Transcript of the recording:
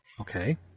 Okay